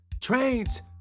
trains